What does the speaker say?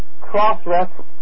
cross-reference